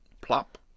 Plop